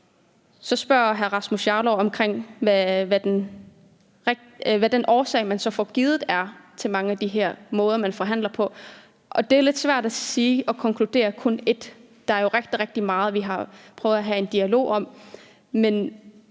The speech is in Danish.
Så spørger hr. Rasmus Jarlov om, hvad den årsag, man så får givet, er i forhold til mange af de her måder, man forhandler på, og det er lidt svært at sige og konkludere kun én ting. Der er jo rigtig, rigtig meget, vi har prøvet at have en dialog om.